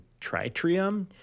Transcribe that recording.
tritrium